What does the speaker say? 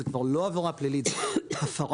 זאת כבר לא עבירה פלילית אלא הפרה,